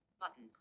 button